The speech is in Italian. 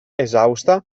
esausta